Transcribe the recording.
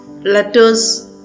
letters